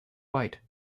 white